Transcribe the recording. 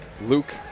Luke